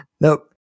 Nope